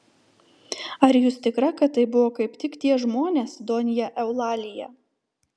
ar jūs tikra kad tai buvo kaip tik tie žmonės donja eulalija